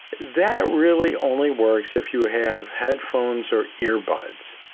that really only works if you have headphones or earbuds.